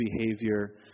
behavior